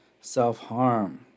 self-harm